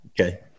Okay